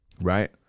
right